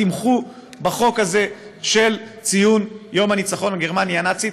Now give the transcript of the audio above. תמכו בחוק הזה לציון יום הניצחון על גרמניה הנאצית,